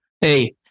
hey